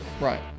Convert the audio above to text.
right